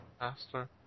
Master